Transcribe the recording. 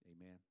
Amen